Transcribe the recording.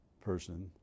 person